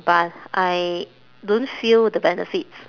but I don't feel the benefits